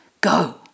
Go